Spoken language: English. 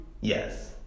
Yes